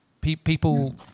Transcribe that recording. people